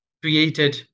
created